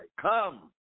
Come